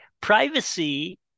privacy